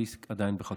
התיק עדיין בחקירה.